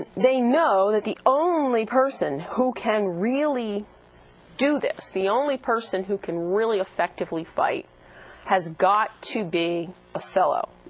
they know that the only person who can really do this the only person who can really effectively fight has got to be othello.